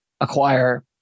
acquire